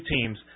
teams